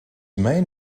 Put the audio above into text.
main